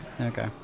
okay